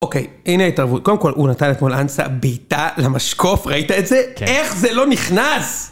אוקיי, הנה ההתערבות. קודם כול, הוא נתן אתמול אנסה בעיטה למשקוף, ראית את זה? כן. איך זה לא נכנס?